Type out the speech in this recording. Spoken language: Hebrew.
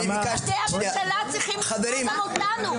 אני ביקשתי --- נציגי הממשלה צריכים לשמוע גם אותנו.